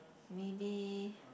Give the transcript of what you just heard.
maybe